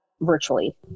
virtually